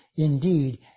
indeed